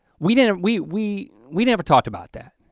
we didn't we we we never talked about that.